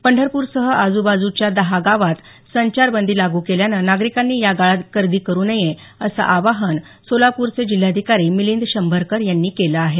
पंढरपूरसह आजूबाजूच्या दहा गावात संचारबंदी लागू केल्यानं नागरिकांनी या काळात गर्दी करु नये असं आवाहन सोलापूरचे जिल्हाधिकारी मिलिंद शंभरकर यांनी केलं आहे